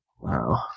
Wow